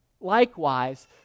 Likewise